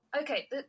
okay